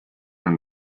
and